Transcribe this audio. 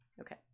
Okay